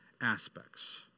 aspects